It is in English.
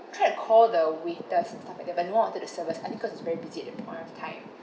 tried to call the waiters and staff like that but no one wanted to serve us I think because it's very busy at that point of time